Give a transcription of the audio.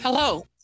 Hello